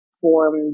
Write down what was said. formed